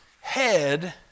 head